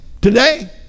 today